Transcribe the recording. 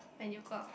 when you go out